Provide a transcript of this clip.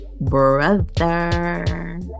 brother